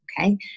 Okay